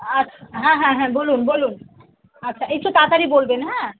আর হ্যাঁ হ্যাঁ হ্যাঁ বলুন বলুন আচ্ছা একটু তাড়াতাড়ি বলবেন হ্যাঁ